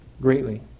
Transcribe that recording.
greatly